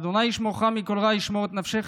ה' ישמרך מכל רע ישמֹר את נפשך.